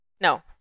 No